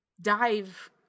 dive